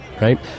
right